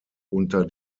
unter